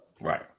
right